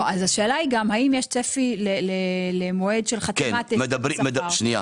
השאלה היא האם יש צפי למועד של חתימת הסכם שכר?